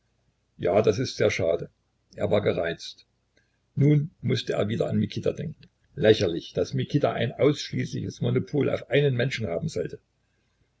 ja das ist sehr schade er war gereizt nun mußte er wieder an mikita denken lächerlich daß mikita ein ausschließliches monopol auf einen menschen haben sollte